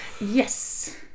Yes